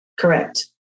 Correct